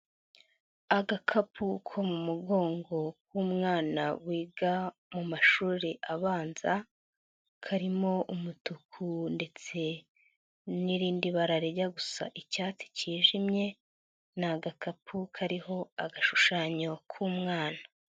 Agakapu ko mu mugongo k'umwana wiga mu mashuri abanza, karimo umutuku ndetse n'irindi bara rijya gusa icyatsi kijimye, ni agakapu kariho agashushanyo k'umwana.